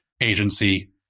agency